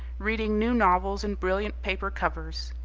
reading new novels in brilliant paper covers.